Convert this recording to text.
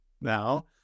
now